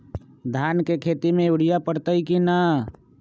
धान के खेती में यूरिया परतइ कि न?